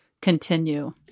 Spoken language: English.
continue